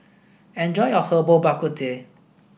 enjoy your Herbal Bak Ku Teh